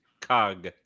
cog